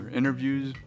interviews